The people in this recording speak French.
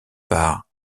par